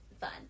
fun